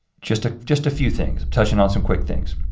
just just a few things, touching on some quick things.